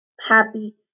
happy